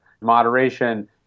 moderation